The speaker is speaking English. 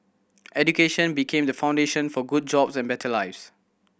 education became the foundation for good jobs and better lives